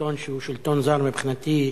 שלטון זר, מבחינתי,